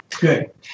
Good